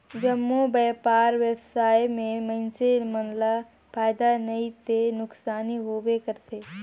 जम्मो बयपार बेवसाय में मइनसे मन ल फायदा नइ ते नुकसानी होबे करथे